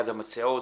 אחת המציעות,